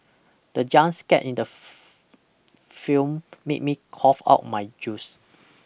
the jump scared in the film made me cough out my juice